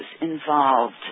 involved